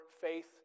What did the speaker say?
faith